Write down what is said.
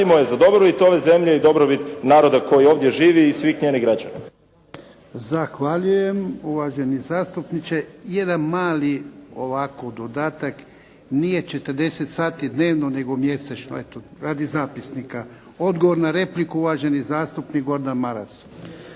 radimo je za dobrobit ove zemlje i dobrobit naroda koji ovdje živi i svih njenih građana.